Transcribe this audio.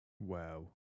Wow